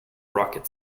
rocket